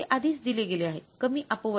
ते आधीच दिले गेले आहेकमी अपव्यय